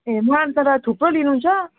ए तर थुप्रो लिनु छ